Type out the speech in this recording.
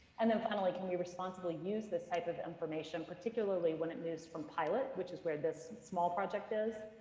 and then finally, can we responsibly use this type of information, particularly when it moves from pilot, which is where this small project is,